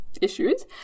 issues